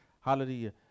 hallelujah